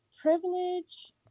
privilege